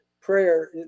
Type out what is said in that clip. prayer